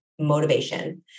Motivation